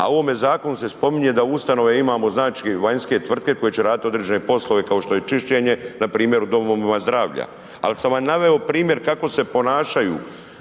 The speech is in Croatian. A u ovome zakonu se spominje da ustanove imamo znači vanjske tvrtke koje će raditi određene poslove, kao što je čišćenje, npr. u domovima zdravlja. Ali sam vam naveo primjer kako se ponašaju